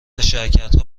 شرکتا